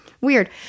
weird